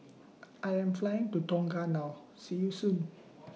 I Am Flying to Tonga now See YOU Soon